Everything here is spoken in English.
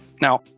Now